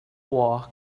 were